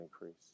increase